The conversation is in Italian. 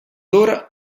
ora